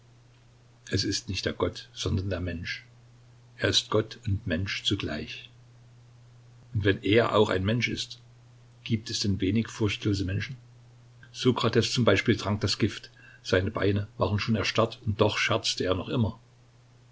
es ist nicht der gott sondern der mensch er ist gott und mensch zugleich und wenn er auch ein mensch ist gibt es denn wenig furchtlose menschen sokrates zum beispiel trank das gift seine beine waren schon erstarrt und doch scherzte er noch immer